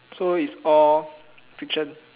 so is all fiction